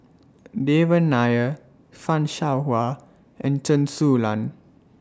Devan Nair fan Shao Hua and Chen Su Lan